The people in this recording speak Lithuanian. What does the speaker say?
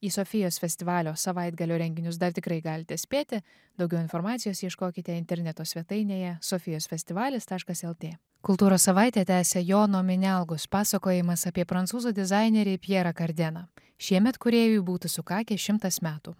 į sofijos festivalio savaitgalio renginius dar tikrai galite spėti daugiau informacijos ieškokite interneto svetainėje sofijos festivalis taškas lt kultūros savaitė tęsia jono minelgos pasakojimas apie prancūzų dizainerį pjerą kardeną šiemet kūrėjui būtų sukakę šimtas metų